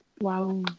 Wow